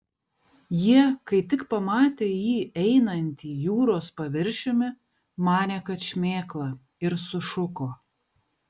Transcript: jie kai tik pamatė jį einantį jūros paviršiumi manė kad šmėkla ir sušuko